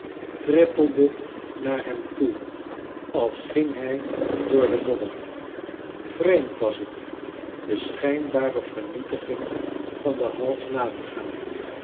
trippelde naar hem toe als ging hij door de modder vreemd was het de schijnbare vernietiging van den hals na te gaan